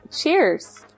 cheers